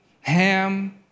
ham